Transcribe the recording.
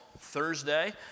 Thursday